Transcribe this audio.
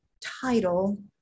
title